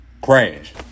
Crash